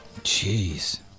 Jeez